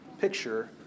picture